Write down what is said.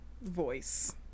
voice